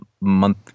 month